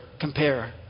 compare